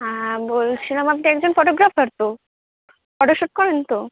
হ্যাঁ বলছিলাম আপনি একজন ফটোগ্রাফার তো ফটোশুট করেন তো